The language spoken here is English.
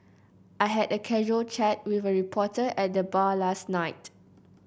I had a casual chat with a reporter at the bar last night